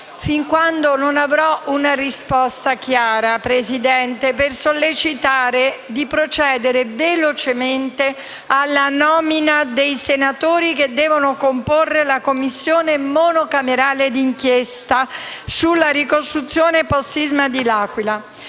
fino quando non avrò una risposta chiara. Voglio sollecitare a procedere velocemente alla nomina dei senatori che devono comporre la Commissione monocamerale d'inchiesta sulla ricostruzione postsisma dell'Aquila.